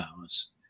hours